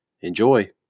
Enjoy